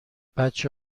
بچه